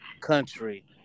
country